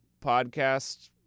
podcast